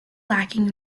lacking